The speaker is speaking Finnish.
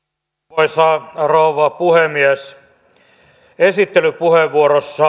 arvoisa rouva puhemies esittelypuheenvuorossaan